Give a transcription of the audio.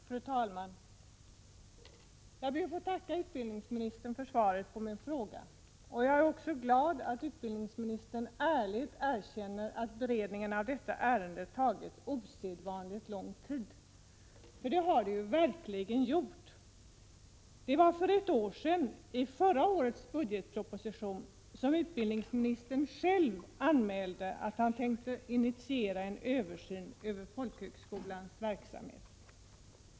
Fru talman! Jag ber att få tacka utbildningsministern för svaret på min fråga. Jag är glad att utbildningsministern ärligt erkänner att beredningen av detta ärende har tagit osedvanligt lång tid, för det har den verkligen gjort. Det var för ett år sedan, i förra årets budgetproposition, som utbildningsministern själv anmälde att han tänkte initiera en översyn av folkhögskolornas verksamhet.